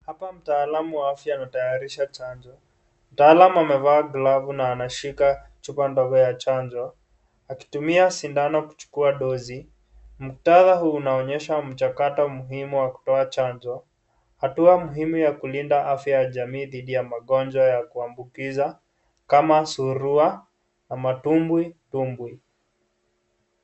Hapa mtaalamu wa afya anatayarisha chanjo. Mtaalamu amevaa glavu na anashika chupa ndogo ya chanjo, akitumia sindano kuchukua dozi . Muktadha huu unaonyesha mchakato muhimu wa kutoa chanjo, hatua muhimu ya kulinda afya ya jamii dhidi ya magonjwa ya kuambukiza, kama surua na matubwitubwi.